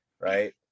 right